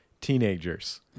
Teenagers